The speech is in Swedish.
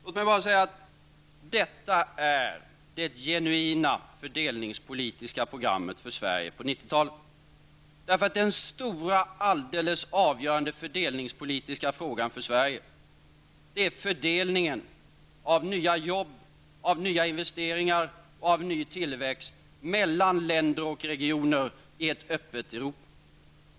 Låt mig bara säga att detta är det genuina fördelningspolitiska programmet för Sverige på 1990-talet, därför att den stora och alldeles avgörande fördelningspolitiska frågan för Sverige är fördelningen av nya jobb, av nya investeringar och av ny tillväxt mellan länder och regioner i ett öppet Europa.